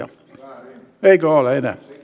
eikö ole enää